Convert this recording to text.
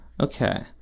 Okay